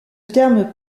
terme